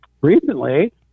recently